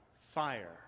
fire